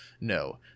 no